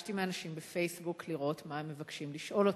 שביקשתי מאנשים ב"פייסבוק" לראות מה הם מבקשים לשאול אותך.